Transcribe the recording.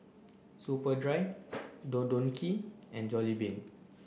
Superdry Don Donki and Jollibean